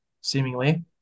seemingly